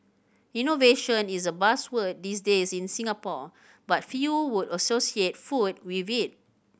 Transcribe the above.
innovation is a buzzword these days in Singapore but few would associate food with it